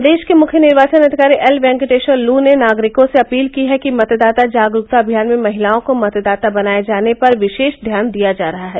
प्रदेश के मुख्य निर्वाचन अधिकारी एल वेंकटेश्वर लू ने नागरिकों से अपील की है कि मतदाता जागरूकता अभियान में महिलाओं को मतदाता बनाये जाने पर विशेष ध्यान दिया जा रहा है